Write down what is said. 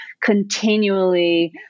continually